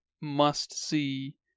must-see